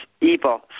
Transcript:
evil